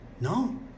No